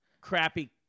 crappy